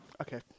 Okay